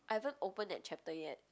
I haven't open that chapter yet